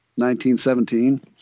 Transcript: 1917